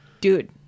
dude